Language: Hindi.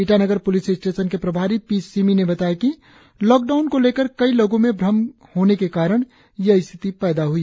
ईटानगर प्लिस स्टेशन के प्रभारी पी सिमि ने बताया कि लॉकडाउन को लेकर कई लोगों में भ्रम होने के कारण यह स्थिति पैदा हुई